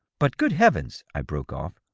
but good heavens! i broke off,